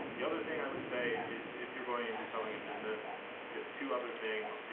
the other thing i would say is if you're going into selling a business to two other things,